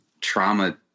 trauma